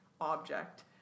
object